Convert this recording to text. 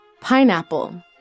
Pineapple